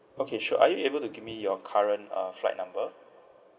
okay sure are you able to give me your current uh flight number